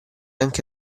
anche